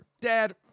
Dad